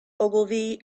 ogilvy